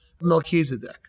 Melchizedek